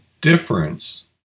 difference